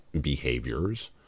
behaviors